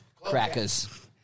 Crackers